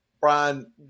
Brian